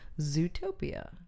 Zootopia